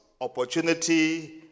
opportunity